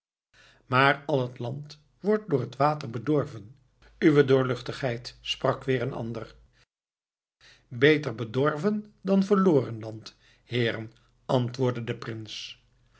maar al het land wordt door het water bedorven uwe doorluchtigheid sprak weer een ander beter bedorven dan verloren land heeren antwoordde de prins